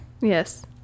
Yes